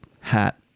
hat